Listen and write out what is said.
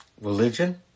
religion